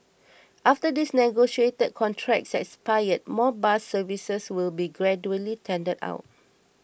after these negotiated contracts expire more bus services will be gradually tendered out